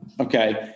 Okay